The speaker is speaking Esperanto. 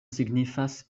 signifas